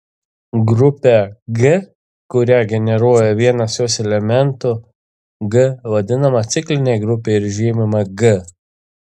grupė g kurią generuoja vienas jos elementų g vadinama cikline grupe ir žymima g